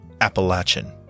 Appalachian